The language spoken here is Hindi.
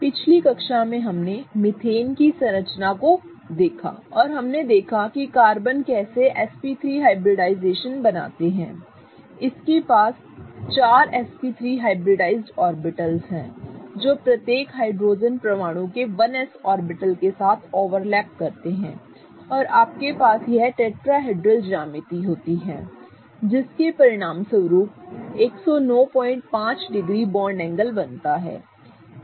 पिछली कक्षा में हमने मीथेन की संरचना को देखा और हमने देखा कि कार्बन कैसे sp3 हाइब्रिडाइजेशन बनाते हैं इसके पास चार sp3 हाइब्रिडाइज़्ड ऑर्बिटल्स हैं जो प्रत्येक हाइड्रोजन परमाणु के 1s ऑर्बिटल के साथ ओवरलैप करते हैं और आपके पास यह टेट्राहेड्रल ज्यामिति होती है जिसके परिणामस्वरूप 1095 डिग्री बॉन्ड एंगल बनता है